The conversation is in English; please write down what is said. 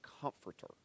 comforter